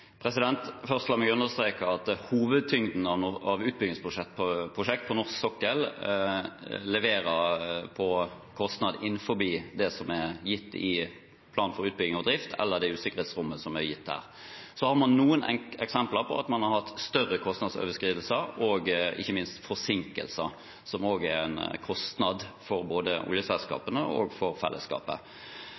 La meg først understreke at hovedtyngden av utbyggingsprosjekter på norsk sokkel leverer på kostnad innenfor det som er gitt i plan for utbygging og drift, eller det usikkerhetsrommet som er gitt der. Så har man noen eksempler på at man har hatt større kostnadsoverskridelser og ikke minst forsinkelser, som også er en kostnad for både oljeselskapene og fellesskapet. Vi har vært tydelig på at vi må jobbe ekstra godt fra myndighetenes side for